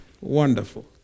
wonderful